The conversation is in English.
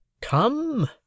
Come